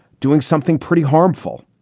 doing something pretty harmful.